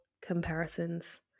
comparisons